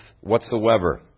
whatsoever